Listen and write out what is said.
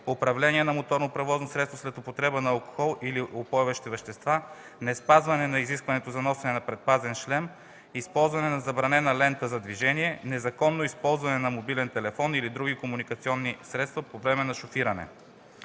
управление на моторно превозно средство след употреба на алкохол или упойващи вещества, неспазване на изискването за носене на предпазен шлем, използване на забранена лента за движение, незаконно използване на мобилен телефон или други комуникационни средства по време на шофиране.